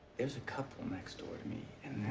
is a couple next door to me and